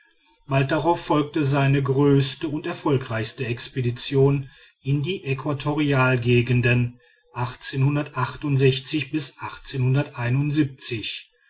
bald darauf folgte seine größte und erfolgreichste expedition in die äquatorialgegenden